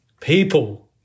people